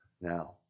Now